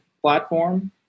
platform